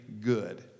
good